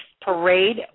Parade